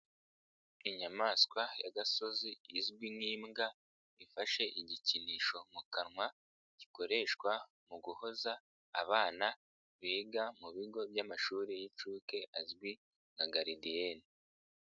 Inyamaswa y'agasozi izwi nk'imbwa, ifashe igikinisho mu kanwa, gikoreshwa mu guhoza abana, biga mu bigo by'amashuri y'inshuke azwi nka garidiyene.